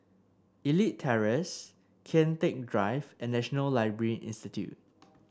Elite Terrace Kian Teck Drive and National Library Institute